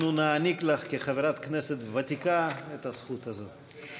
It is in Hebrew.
אנחנו נעניק לך, כחברת כנסת ותיקה, את הזכות הזאת.